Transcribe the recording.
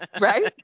right